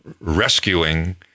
rescuing